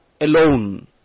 alone